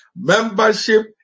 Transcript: Membership